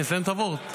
אני אסיים את הוורט,